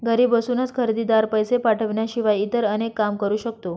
घरी बसूनच खरेदीदार, पैसे पाठवण्याशिवाय इतर अनेक काम करू शकतो